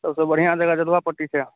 सभसँ बढ़िआँ जगह जदुआपट्टी छै